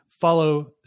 follow